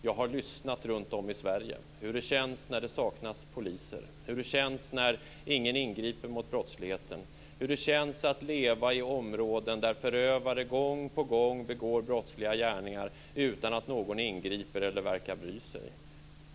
Jag har lyssnat runtom i Sverige hur det känns när det saknas poliser, hur det känns när ingen ingriper mot brottsligheten, hur det känns att leva i områden där förövare gång på gång begår brottsliga gärningar utan att någon ingriper eller verkar bry sig.